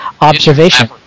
observation